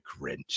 Grinch